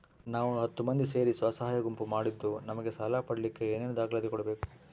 ನಾವು ಹತ್ತು ಮಂದಿ ಸೇರಿ ಸ್ವಸಹಾಯ ಗುಂಪು ಮಾಡಿದ್ದೂ ನಮಗೆ ಸಾಲ ಪಡೇಲಿಕ್ಕ ಏನೇನು ದಾಖಲಾತಿ ಕೊಡ್ಬೇಕು?